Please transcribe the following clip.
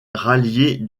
rallier